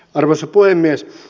arvoisa puhemies